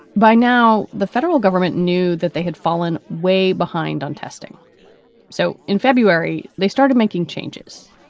by now, the federal government knew that they had fallen way behind on testing so in february, they started making changes.